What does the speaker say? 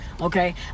okay